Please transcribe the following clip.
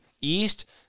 East